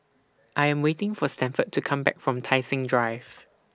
I Am waiting For Stanford to Come Back from Tai Seng Drive